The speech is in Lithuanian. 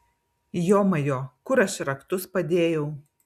jomajo kur aš raktus padėjau